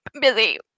busy